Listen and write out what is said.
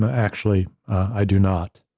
and actually, i do not.